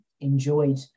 enjoyed